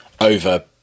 over